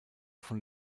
von